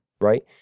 right